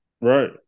Right